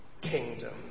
kingdom